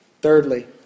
Thirdly